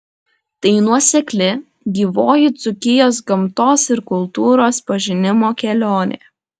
tai nuosekli gyvoji dzūkijos gamtos ir kultūros pažinimo kelionė